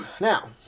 Now